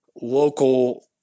local